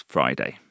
Friday